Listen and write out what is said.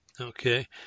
Okay